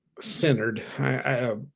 centered